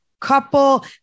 couple